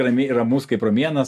ramiai ramus kaip romėnas